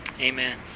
Amen